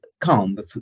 calm